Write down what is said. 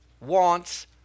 wants